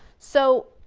so,